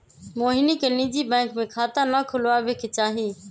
मोहिनी के निजी बैंक में खाता ना खुलवावे के चाहि